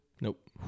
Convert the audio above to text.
Nope